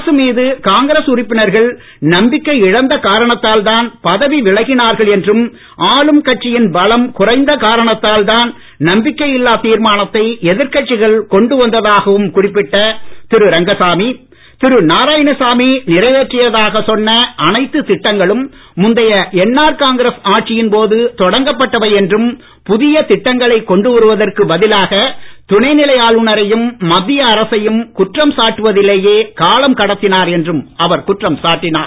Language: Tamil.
அரசு மீது காங்கிரஸ் உறுப்பினர்கள் நம்பிக்கை இழந்த காரணத்தால் தான் பதவி விலகினார்கள் என்றும் ஆளும் கட்சியின் பலம் குறைந்த காரணத்தால் தான் நம்பிக்கை இல்லா தீர்மானத்தை எதிர் கட்சிகள் கொண்டு வந்ததாகவும் குறிப்பிட்ட திரு ரங்கசாமி திரு நாராயணசாமி நிறைவேற்றியதாக சொன்ன அனைத்து திட்டங்களும் முந்தைய என் ஆர் காங்கிரஸ் ஆட்சியின் போது தொடங்கப்பட்டவை என்றும் புதிய திட்டங்களை கொண்டு வருவதற்கு பதிலாக துணை நிலை ஆளுநரையும் மத்திய அரசையும் குற்றம் சாட்டுவதிலேயே காலத்தை கடத்தினார் என்றும் அவர் குற்றம் சாட்டினார்